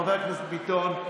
חבר הכנסת ביטון,